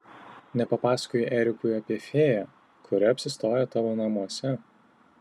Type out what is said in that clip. nepapasakojai erikui apie fėją kuri apsistojo tavo namuose